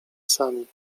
sami